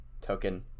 token